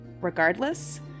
regardless